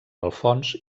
alfons